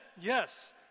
yes